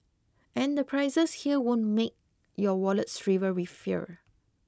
and the prices here won't make your wallet shrivel with fear